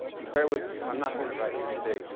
bear with me. if i'm not doing it right, just say, you